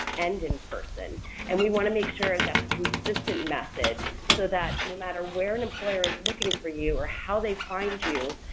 and in person and we want to make sure that's a consistent message so that no matter where an employer is looking for you or how they find you,